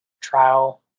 trial